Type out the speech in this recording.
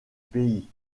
pays